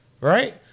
right